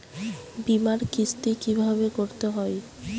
বিমার কিস্তি কিভাবে করতে হয়?